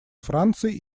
франции